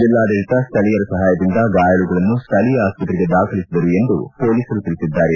ಜಿಲ್ಲಾಡಳಿತ ಸ್ಡಳೀಯರ ಸಹಾಯದಿಂದ ಗಾಯಾಳುಗಳನ್ನು ಸ್ಥಳೀಯ ಆಸ್ಪತ್ರೆಗೆ ದಾಖಲಿಸಿದರು ಎಂದು ಪೊಲೀಸರು ತಿಳಿಸಿದ್ದಾರೆ